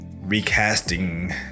Recasting